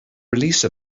release